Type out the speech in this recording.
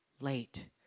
late